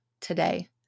today